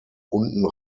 unten